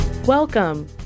Welcome